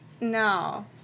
no